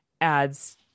adds